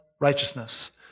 righteousness